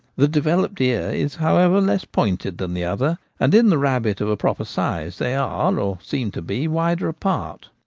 the developed ear is, however, less pointed than the other and in the rabbit of a proper size they are or seem to be wider apart.